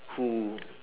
who